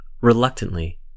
Reluctantly